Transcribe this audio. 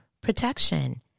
protection